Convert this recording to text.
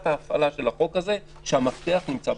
ההפעלה של החוק הזה היא שהמפתח נמצא בכנסת.